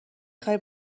خوای